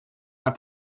our